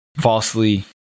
falsely